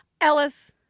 Ellis